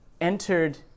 entered